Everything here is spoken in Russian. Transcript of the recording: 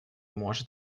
может